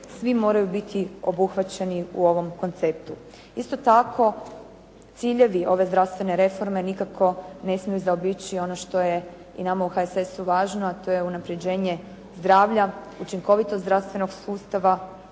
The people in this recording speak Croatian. svi moraju biti obuhvaćeni u ovom konceptu. Isto tako, ciljevi ove zdravstvene reforme nikako ne smiju zaobići ono što je i nama u HSS-u važno, a to je unapređenje zdravlja, učinkovitost zdravstvenog sustava,